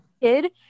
kid